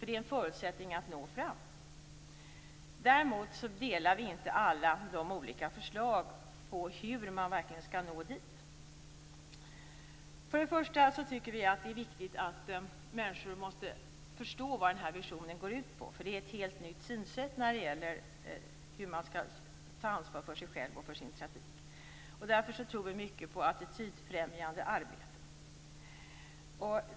Det är en förutsättning för att nå fram. Däremot delar vi inte alla de olika förslagen på hur man verkligen skall nå dit. Först och främst tycker vi att det är viktigt att människor måste förstå vad den här visionen går ut på. Det är ett helt nytt synsätt när det gäller hur man skall ta ansvar för sig själv och sin trafik. Därför tror vi mycket på attitydfrämjande arbete.